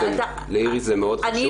לאיריס זה מאוד חשוב,